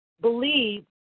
believe